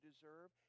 deserve